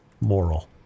Moral